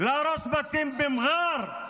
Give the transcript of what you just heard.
להרוס בתים במר'אר,